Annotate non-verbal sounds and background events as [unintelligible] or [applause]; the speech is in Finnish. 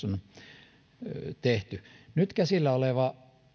[unintelligible] on myös tehty nyt käsillä oleva